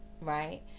right